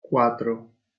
cuatro